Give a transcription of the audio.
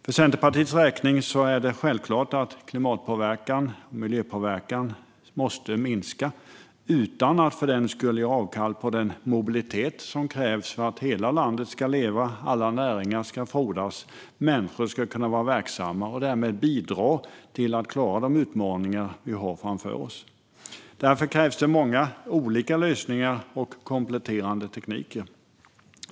För Centerpartiets räkning är det självklart att klimatpåverkan och miljöpåverkan måste minska utan att för den skull ge avkall på den mobilitet som krävs för att hela landet ska leva, alla näringar ska frodas och människor ska kunna vara verksamma för att därmed bidra till att klara de utmaningar som finns framför oss. Därför krävs det många olika lösningar och kompletterande tekniker.